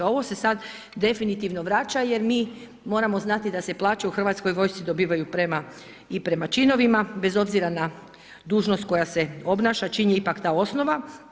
Ovo se sad definitivno vraća jer mi moramo znati da se plaće u Hrvatskoj vojsci dobivaju i prema činovima, bez obzira na dužnost koja se obnaša, čin je ipak ta osnova.